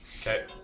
Okay